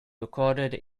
recorded